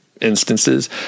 instances